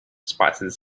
spices